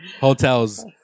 hotels